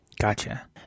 Gotcha